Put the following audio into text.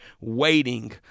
waiting